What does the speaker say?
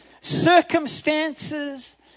circumstances